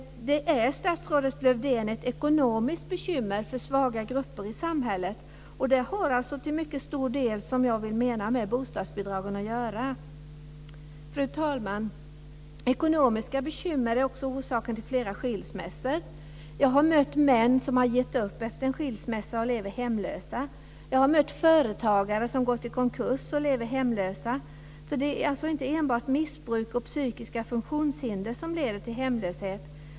Det är ett ekonomiskt bekymmer för svaga grupper i samhället, statsrådet Lövdén. Jag menar att det till mycket stor del har med bostadsbidragen att göra. Fru talman! Ekonomiska bekymmer är också orsaken till flera skilsmässor. Jag har mött män som har gett upp efter en skilsmässa och lever hemlösa. Jag har mött företagare som gått i konkurs och lever hemlösa. Det är alltså inte enbart missbruk och psykiska funktionshinder som leder till hemlöshet.